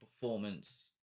performance